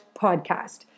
podcast